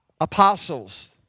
apostles